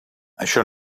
això